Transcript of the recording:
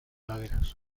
laderas